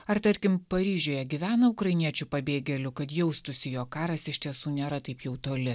ar tarkim paryžiuje gyvena ukrainiečių pabėgėlių kad jaustųsi jog karas iš tiesų nėra taip jau toli